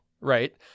Right